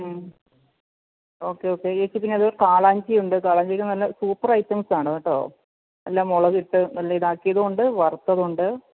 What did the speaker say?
മ് okay okay ചേച്ചി പിന്നെ അതുപോലെ കാളാഞ്ചി ഉണ്ട് കാളാഞ്ചിയൊക്കെ നല്ല സൂപ്പർ ഐറ്റംസ് ആണ് കേട്ടോ നല്ല മുളകിട്ട് നല്ല ഇത് ആക്കിയതുമുണ്ട് വറുത്തതുണ്ട്